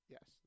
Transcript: Yes